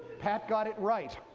pat got it right.